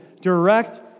Direct